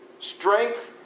Strength